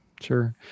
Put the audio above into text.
Sure